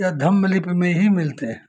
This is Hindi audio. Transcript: या धम्म लिपि में ही मिलते हैं